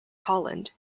holland